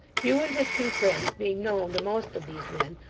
hugh and his two friends being known to most of these men,